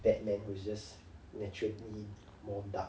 batman he's just naturally more dark